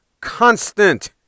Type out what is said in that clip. constant